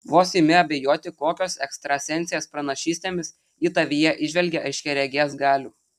vos imi abejoti kokios ekstrasensės pranašystėmis ji tavyje įžvelgia aiškiaregės galių